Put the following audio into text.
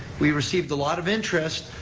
we received a lot of interest,